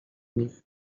nich